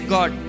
God